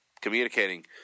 communicating